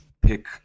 pick